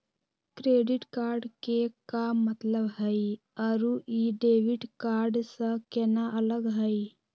Credit card के का मतलब हई अरू ई डेबिट कार्ड स केना अलग हई?